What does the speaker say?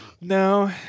No